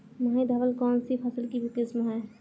माही धवल कौनसी फसल की किस्म है?